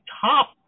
Top